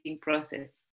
process